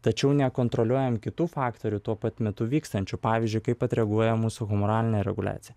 tačiau nekontroliuojam kitų faktorių tuo pat metu vykstančių pavyzdžiui kaip atreaguoja mūsų humoralinė reguliacija